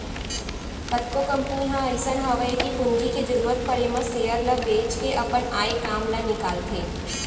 कतको कंपनी ह अइसन हवय कि पूंजी के जरूरत परे म सेयर ल बेंच के अपन आय काम ल निकालथे